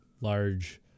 large